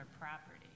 property